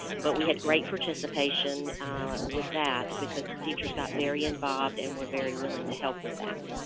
but we had great participation with that, because the teachers got very involved and were very willing to help with that.